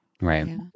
right